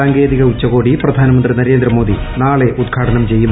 സാങ്കേതിക് ഉച്ച്കോടി പ്രധാനമന്ത്രി നരേന്ദ്രമോദി ്നാളെ ഉദ്ഘാടനം ചെയ്യും